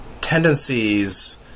tendencies